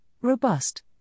robust